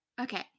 Okay